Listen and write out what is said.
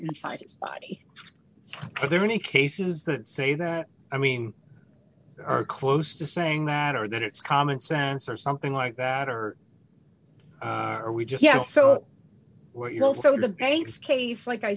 his body are there any cases that say that i mean close to saying that or that it's common sense or something like that or are we just yes so what you're also the banks case like i